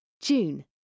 June